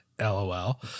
LOL